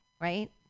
right